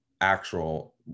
actual